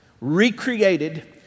recreated